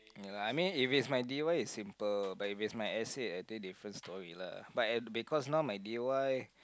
ya I mean if is my d_y is simple but if is my essay i think different story lah but I thi~ because now my d_y